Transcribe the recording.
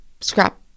scrap